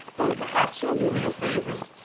then perhaps you'll do me a favor,